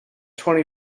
twenty